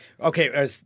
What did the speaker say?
Okay